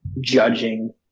judging